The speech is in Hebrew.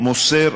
"מוסר",